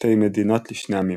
שתי מדינות לשני עמים.